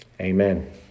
Amen